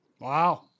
Wow